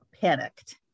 panicked